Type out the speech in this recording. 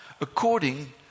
according